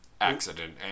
Accident